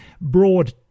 broad